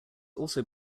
also